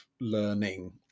learning